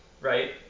right